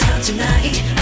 tonight